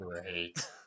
great